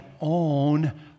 own